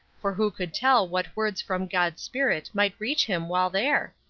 for who could tell what words from god's spirit might reach him while there?